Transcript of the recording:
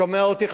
שומע אותי,